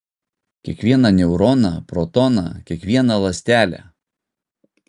kiekvieną neuroną protoną kiekvieną ląstelę